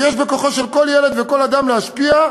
וכי יש בכוחו של כל ילד וכל אדם להשפיע,